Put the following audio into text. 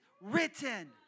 written